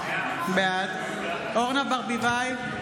בעד אורנה ברביבאי,